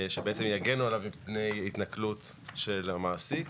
שיגנו עליו מפני התנכלות של המעסיק: